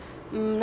mm